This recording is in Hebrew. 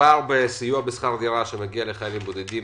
שזה סיוע בשכר דירה לחיילים בודדים.